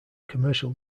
commercial